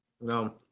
No